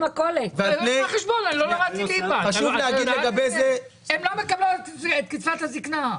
הן לא מקבלות את קצבת הזקנה.